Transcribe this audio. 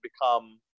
become